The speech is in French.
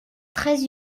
très